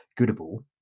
Goodable